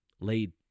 laid